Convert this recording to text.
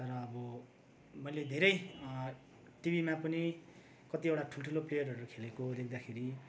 तर अब मैले धेरै टिभीमा पनि कतिवटा ठुल्ठुलो प्लेयरहरू खेलेको देख्दाखेरि